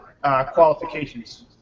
qualifications